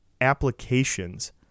applications